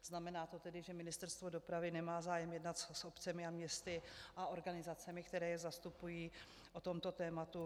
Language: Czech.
Znamená to tedy, že Ministerstvo dopravy nemá zájem jednat s obcemi a městy a organizacemi, které je zastupují, o tomto tématu?